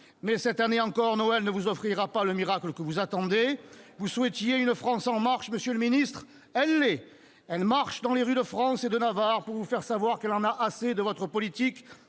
Mais, cette année encore, Noël ne vous offrira pas le miracle que vous attendez ... Vous souhaitiez une France « en marche », monsieur le secrétaire d'État ; elle l'est ! Elle marche dans les rues de France et de Navarre pour vous faire savoir qu'elle en a assez de votre politique,